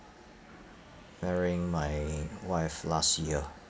marrying my wife last year